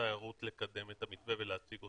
התיירות לקדם את המתווה ולהציג אותו בקבינט.